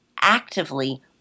actively